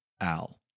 Al